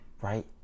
right